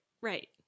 right